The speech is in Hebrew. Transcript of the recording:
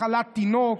מחלת תינוק),